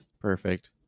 Perfect